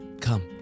Come